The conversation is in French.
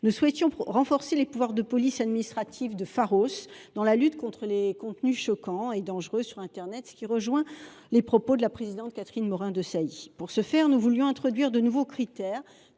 était de renforcer les pouvoirs de police administrative de Pharos dans la lutte contre les contenus choquants et dangereux sur internet, ce qui rejoint les propos tenus par la présidente Catherine Morin Desailly. Nous entendions ainsi introduire de nouveaux critères